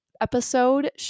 episode